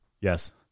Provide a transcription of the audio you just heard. Yes